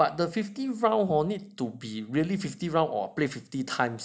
but the fifty round hor need to be really play fifty round or play fifty time